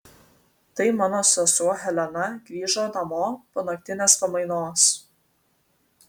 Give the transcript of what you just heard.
tai mano sesuo helena grįžo namo po naktinės pamainos